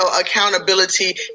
accountability